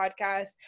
podcast